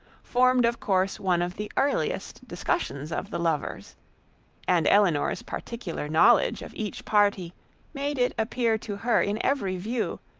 formed of course one of the earliest discussions of the lovers and elinor's particular knowledge of each party made it appear to her in every view,